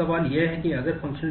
अब सवाल यह है कि अगर फंक्शनल